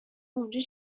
اونجا